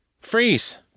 Freeze